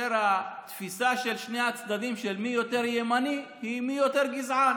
כאשר התפיסה של שני הצדדים של מי יותר ימני היא מי יותר גזען,